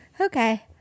Okay